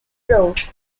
road